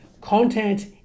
Content